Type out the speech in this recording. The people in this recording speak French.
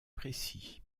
précis